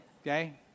Okay